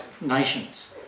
nations